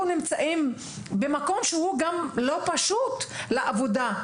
נמצאים במקום שהוא גם לא פשוט לעבודה,